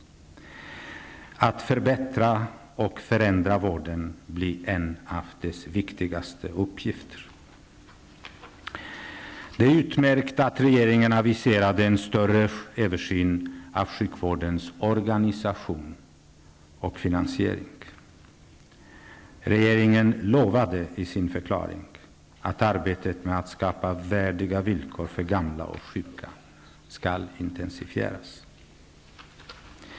Att förbättra och förändra vården blir en av dess viktigaste uppgifter. Det är utmärkt att regeringen aviserade en större översyn av sjukvårdens organisation och finansiering. Regeringen lovade i sin förklaring att arbetet med att skapa värdiga villkor för gamla och sjuka skall intensifieras.